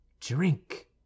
Drink